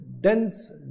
Dense